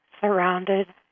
surrounded